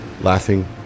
laughing